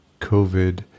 COVID